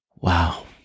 Wow